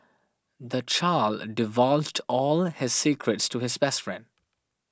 the child divulged all his secrets to his best friend